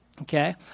okay